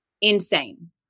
Insane